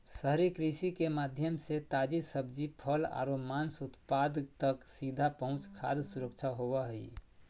शहरी कृषि के माध्यम से ताजी सब्जि, फल आरो मांस उत्पाद तक सीधा पहुंच खाद्य सुरक्षा होव हई